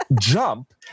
jump